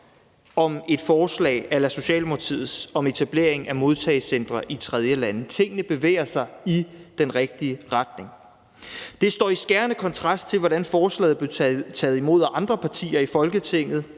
om et forslag a la Socialdemokratiets om etablering af modtagecentre i tredjelande. Tingene bevæger sig i den rigtige retning. Det står i skærende kontrast til, hvordan forslaget blev taget imod af andre partier i Folketinget,